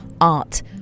art